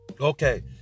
Okay